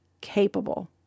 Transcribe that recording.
capable